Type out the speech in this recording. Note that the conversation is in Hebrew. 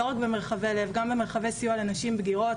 לא רק במרחבי לב, גם במרחבי סיוע לנשים בגירות.